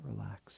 Relax